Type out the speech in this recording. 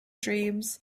dreams